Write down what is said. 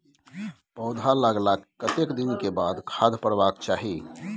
पौधा लागलाक कतेक दिन के बाद खाद परबाक चाही?